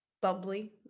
bubbly